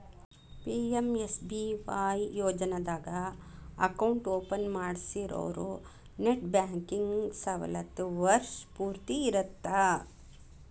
PMSBY ಯೋಜನಾದಾಗ account open ಮಾಡ್ಸಿರೋರು net banking ಸವಲತ್ತು ವರ್ಷ್ ಪೂರ್ತಿ ಇರತ್ತ